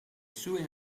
suben